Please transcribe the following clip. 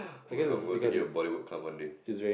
oh my god I want to take a Bollywood club one day